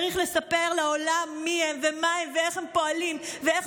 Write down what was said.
צריך לספר לעולם מי הם ומה הם ואיך הם פועלים ואיך